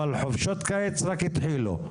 אבל חופשות קיץ רק התחילו,